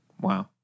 Wow